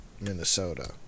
Minnesota